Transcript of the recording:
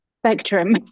spectrum